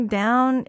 down